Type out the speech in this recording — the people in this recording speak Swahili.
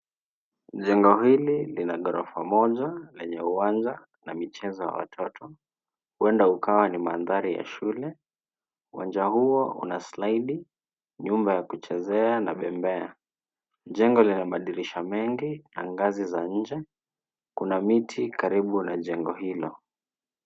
Jengo hili lina ghorofa moja lenye uwanja na michezo ya watoto, huenda ukawa ni mandhari ya shule. Uwanja huo una slide ,nyumba ya kuchezea na bembea. Jengo lina madirisha mengi na ngazi za nje. Kuna miti karibu na jengo hilo.